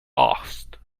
aghast